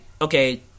okay